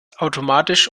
automatisch